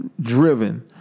driven